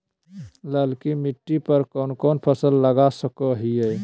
ललकी मिट्टी पर कोन कोन फसल लगा सकय हियय?